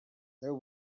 there